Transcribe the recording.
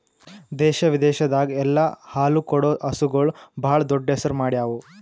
ದೇಶ ವಿದೇಶದಾಗ್ ಎಲ್ಲ ಹಾಲು ಕೊಡೋ ಹಸುಗೂಳ್ ಭಾಳ್ ದೊಡ್ಡ್ ಹೆಸರು ಮಾಡ್ಯಾವು